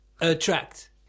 Attract